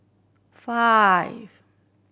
five